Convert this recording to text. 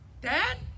Dad